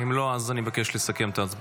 אם לא אז אני מבקש לסכם את ההצבעה.